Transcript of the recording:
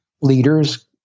leaders